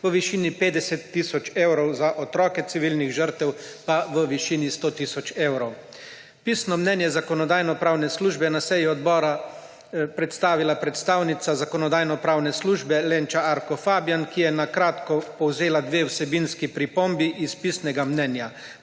v višini 50 tisoč evrov, za otroke civilnih žrtev pa v višini 100 tisoč evrov. Pisno mnenje Zakonodajno-pravne službe je na seji odbora predstavila predstavnica Zakonodajno-pravne službe Lenča Arko Fabjan, ki je na kratko povzela dve vsebinski pripombi iz pisnega mnenja.